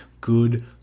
Good